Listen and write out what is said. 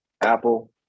Apple